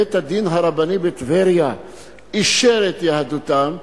בית-הדין הרבני בטבריה אישר את יהדותם,